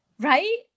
right